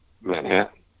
Manhattan